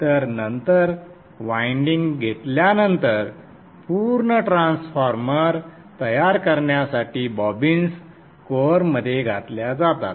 तर नंतर वायंडिंग घेतल्यानंतर पूर्ण ट्रान्सफॉर्मर तयार करण्यासाठी बॉबिन्स कोअरमध्ये घातल्या जातात